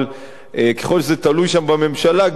אבל ככל שזה תלוי שם בממשלה,